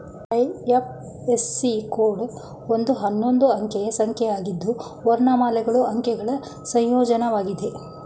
IFSC code ಒಂದು ಹನ್ನೊಂದು ಅಂಕಿಯ ಸಂಖ್ಯೆಯಾಗಿದ್ದು ವರ್ಣಮಾಲೆಗಳು ಅಂಕಿಗಳ ಸಂಯೋಜ್ನಯಾಗಿದೆ